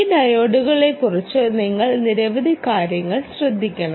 ഈ ഡയോഡുകളെക്കുറിച്ച് നിങ്ങൾ നിരവധി കാര്യങ്ങൾ ശ്രദ്ധിക്കണം